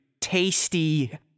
tasty